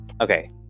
okay